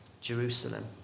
Jerusalem